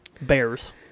Bears